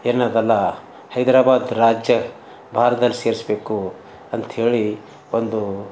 ಏನದಲ್ಲ ಹೈದರಾಬಾದ್ ರಾಜ್ಯ ಭಾರ್ತದಲ್ಲಿ ಸೆರಿಸ್ಬೇಕು ಅಂತ ಹೇಳಿ ಒಂದು